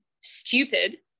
stupid